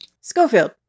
Schofield